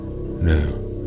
No